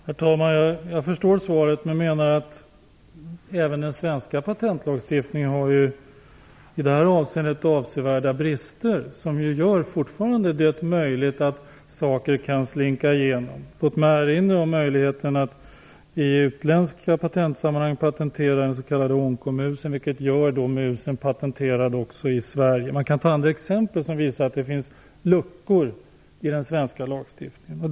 Herr talman! Jag förstår svaret men menar att även den svenska patentlagstiftningen i det här hänseendet har avsevärda brister. Det är fortfarande möjligt att saker kan slinka igenom. Låt mig erinra om möjligheten att i utländska patentsammanhang patentera den s.k. onkomusen, vilket gör att musen är patenterad också i Sverige! Man kan ta andra exempel som visar att det finns luckor i den svenska lagstiftningen.